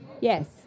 Yes